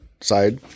side